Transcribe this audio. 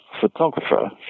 photographer